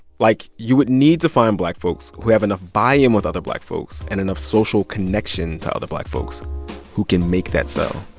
like, you would need to find black folks who have enough buy-in with other black folks and enough social connection to other black folks who can make that sell